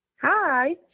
Hi